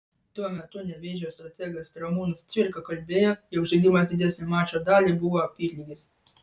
tuo metu nevėžio strategas ramūnas cvirka kalbėjo jog žaidimas didesnę mačo dalį buvo apylygis